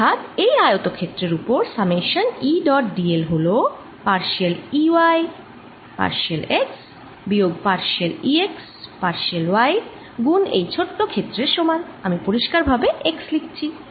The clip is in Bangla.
অর্থাৎ এই আয়তক্ষেত্রের ওপর summation E dot d l হলো partial E y partial x বিয়োগ partial E x partial y গুন এই ছোট ক্ষেত্রের সমান আমি পরিষ্কারভাবে x লিখছি